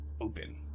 open